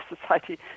Society